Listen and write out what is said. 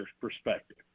perspective